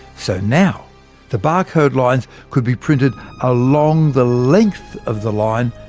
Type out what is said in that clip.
so now the barcode lines could be printed along the length of the line,